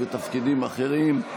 ובתפקידים אחרים.